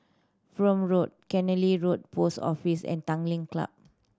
Prome Road Killiney Road Post Office and Tanglin Club